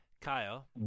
Kyle